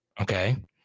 Okay